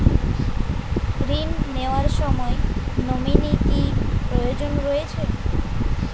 ঋণ নেওয়ার সময় নমিনি কি প্রয়োজন রয়েছে?